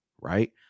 right